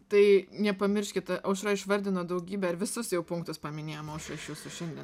tai nepamirškit aušra išvardino daugybę ar visus jau punktus paminėjim aušra iš jūsų šiandien